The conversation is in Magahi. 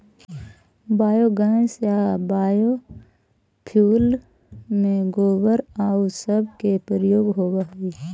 बायोगैस या बायोफ्यूल में गोबर आउ सब के प्रयोग होवऽ हई